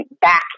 back